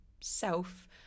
self